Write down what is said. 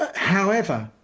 however,